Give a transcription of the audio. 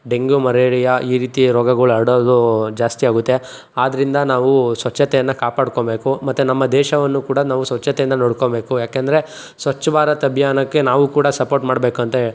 dengue malaria ಈ ರೀತಿ ರೋಗಗಳು ಹರಡೋದು ಜಾಸ್ತಿಯಾಗುತ್ತೆ ಆದ್ರಿಂದ ನಾವು ಸ್ವಚ್ಚತೆಯನ್ನು ಕಾಪಾಡಿಕೋಂಬೇಕು ಮತ್ತು ನಮ್ಮ ದೇಶವನ್ನು ಕೂಡ ನಾವು ಸ್ವಚ್ಛತೆಯಿಂದ ನೋಡಿಕೋಬೇಕು ಯಾಕಂದರೆ ಸ್ವಚ್ ಭಾರತ್ ಅಭಿಯಾನಕ್ಕೆ ನಾವು ಕೂಡ ಸಪೋರ್ಟ್ ಮಾಡಬೇಕಂತೆ